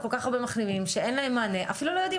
כלומר מעבר למענה נקודתי